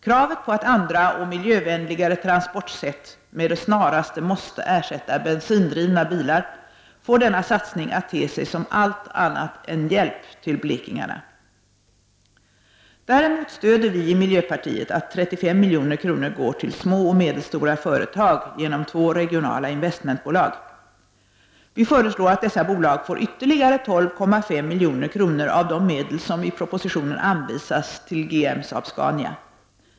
Kravet på att andra och miljövänligare transportsätt med det snaraste skall ersätta bensindrivna bilar får denna satsning att te sig som allt annat än hjälp till blekingarna. Däremot stöder vi i miljöpartiet förslaget att 35 milj.kr. går till små och medelstora företag genom två regionala investmentbolag. Vi föreslår att dessa bolag får ytterligare 12,5 milj.kr. av de medel som i propositionen anvisas till GM-Saab-Scania.